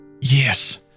Yes